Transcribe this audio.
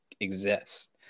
exist